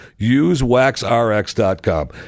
Usewaxrx.com